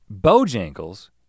Bojangles